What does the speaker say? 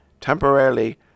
temporarily